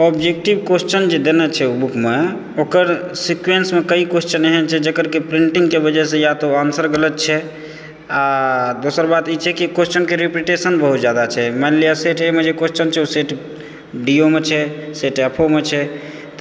objective question जे देने छै ओहि बुकमे ओकर सीक्वेंसमे कतेक क्वेश्चन एहन छै जकर कि प्रिंटिंगके वजहसँ या तऽ ओकर आंसर गलत छै आ दोसर बात ई छै कि क्वेश्चनके रिपिटेशन बहुत जादा छै मानि लिअऽ सेट ए मऽ जे क्वेश्चन छै ओ सेट बीयोमे छै सेट एफोमे छै